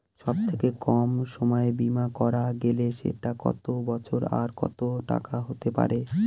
সব থেকে কম সময়ের বীমা করা গেলে সেটা কত বছর আর কত টাকার হতে পারে?